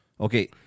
Okay